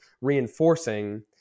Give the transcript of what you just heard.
reinforcing